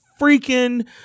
freaking